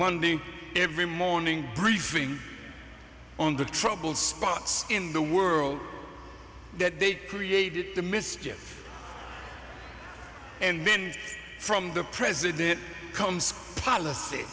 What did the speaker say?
monday every morning briefing on the trouble spots in the world that they created the mischief and then from the president comes polic